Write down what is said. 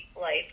life